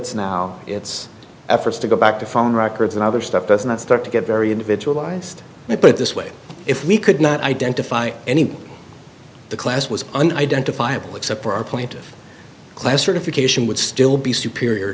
ts now it's efforts to go back to phone records and other stuff does not start to get very individualized i put it this way if we could not identify any the class was an identifiable except for our point of class certification would still be superior